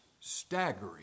staggering